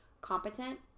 competent